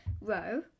row